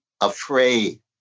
afraid